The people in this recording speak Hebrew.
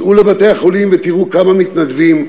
צאו לבתי-החולים ותראו כמה מתנדבים,